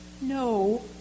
no